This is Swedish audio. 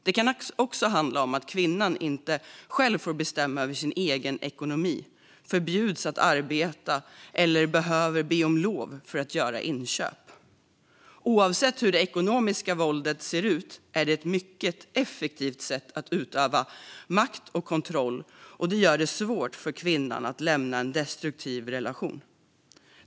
Det kan också handla om att kvinnan inte själv får bestämma över sin egen ekonomi, förbjuds att arbeta eller behöver be om lov för att göra inköp. Oavsett hur det ekonomiska våldet ser ut är det ett mycket effektivt sätt att utöva makt och kontroll som gör det svårt för kvinnan att lämna en destruktiv relation.